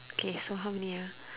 K so how many ah